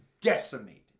decimated